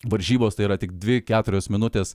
varžybos tai yra tik dvi keturios minutės